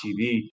TV